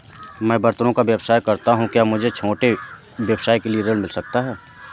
मैं बर्तनों का व्यवसाय करता हूँ क्या मुझे अपने छोटे व्यवसाय के लिए ऋण मिल सकता है?